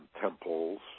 temples